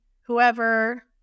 whoever